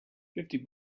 fifty